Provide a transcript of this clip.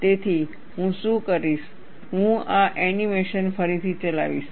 તેથી હું શું કરીશ હું આ એનિમેશન ફરીથી ચલાવીશ